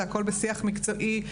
הכול בשיח מקצועי.